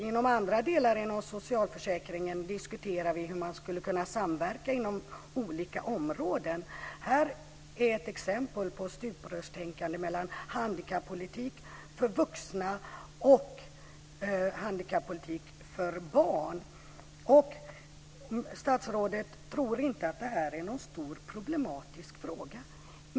Inom andra delar inom socialförsäkringen diskuterar vi hur man skulle kunna samverka inom olika områden. Här är ett exempel på stuprörstänkande mellan handikappolitik för vuxna och handikappolitik för barn. Och statsrådet tror inte att det här är någon stor problematisk fråga.